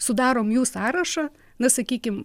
sudarom jų sąrašą na sakykim